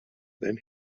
then